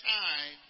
time